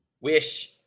wish